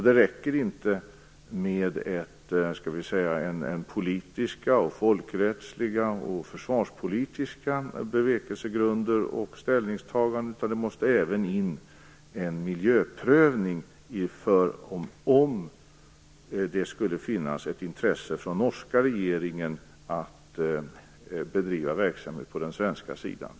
Det räcker inte med politiska, folkrättsliga och försvarspolitiska bevekelsegrunder och ställningstaganden, utan det måste även till en miljöprövning ifall det skulle finnas ett intresse hos den norska regeringen att bedriva verksamhet på den svenska sidan.